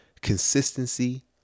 consistency